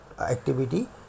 activity